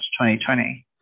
2020